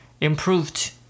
improved